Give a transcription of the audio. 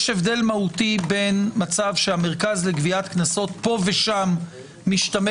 יש הבדל מהותי בין מצב שהמרכז לגביית קנסות פה ושם משתמש